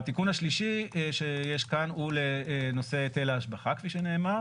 התיקון השלישי שיש כאן הוא לנושא היטל ההשבחה כפי שנאמר.